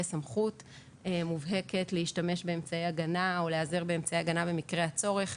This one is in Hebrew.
סמכות מובהקת להשתמש או להיעזר באמצעי הגנה במקרה הצורך.